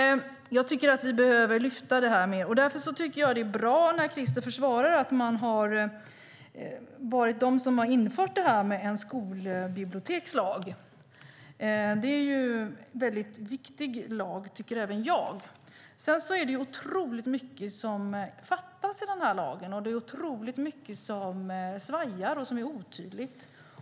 Jag tycker att vi behöver lyfta upp det här mer. Därför är det bra när Christer försvarar att man har infört en skolbibliotekslag. Det är en väldigt viktig lag, tycker även jag. Sedan är det otroligt mycket som fattas i den lagen, och det är otroligt mycket som svajar och som är otydligt.